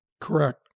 Correct